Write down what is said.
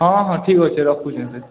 ହଁ ହଁ ଠିକ୍ ଅଛେ ରଖୁଛେ ମୁଇଁ